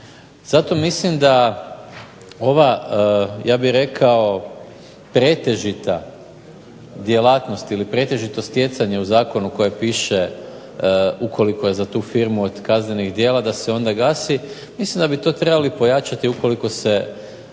Zato mislim da ova ja bih rekao pretežita djelatnost ili pretežito stjecanje u zakonu koje piše ukoliko je za tu firmu od kaznenih djela da se onda gasi, mislim da bi to trebali pojačati ukoliko se pojavi